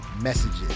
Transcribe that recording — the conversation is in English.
messages